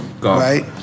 Right